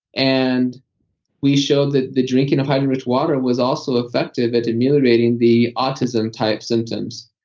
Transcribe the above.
and we showed that the drinking of hydrogen-rich water was also effective at ameliorating the autism-type symptoms.